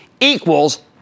equals